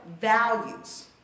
values